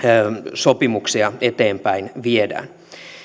sopimuksia eteenpäin viedään